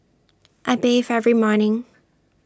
I bathe every morning